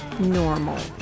normal